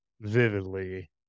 vividly